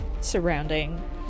surrounding